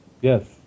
Yes